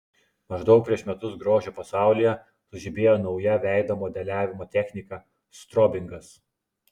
maždaug prieš metus grožio pasaulyje sužibėjo nauja veido modeliavimo technika strobingas